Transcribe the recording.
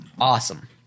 Awesome